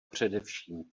především